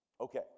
Okay